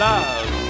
Love